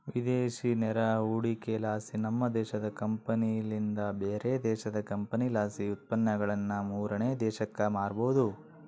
ವಿದೇಶಿ ನೇರ ಹೂಡಿಕೆಲಾಸಿ, ನಮ್ಮ ದೇಶದ ಕಂಪನಿಲಿಂದ ಬ್ಯಾರೆ ದೇಶದ ಕಂಪನಿಲಾಸಿ ಉತ್ಪನ್ನಗುಳನ್ನ ಮೂರನೇ ದೇಶಕ್ಕ ಮಾರಬೊದು